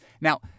Now